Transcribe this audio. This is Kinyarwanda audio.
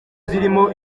zirimo